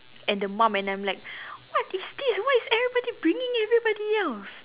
and the mum and I'm like what is this why is everybody bringing everybody else